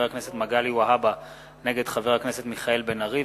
הכנסת מגלי והבה נגד חבר הכנסת מיכאל בן-ארי,